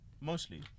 mostly